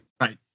Right